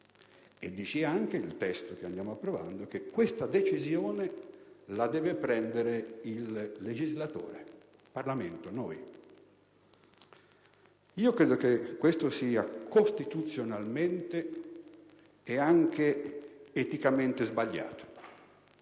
la vita. Il testo dice anche che questa decisione la deve prendere il legislatore, il Parlamento, noi. Io credo che questo sia costituzionalmente e anche eticamente sbagliato.